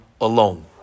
alone